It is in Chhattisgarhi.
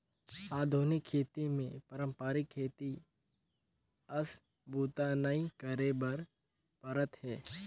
आधुनिक खेती मे पारंपरिक खेती अस बूता नइ करे बर परत हे